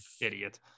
Idiot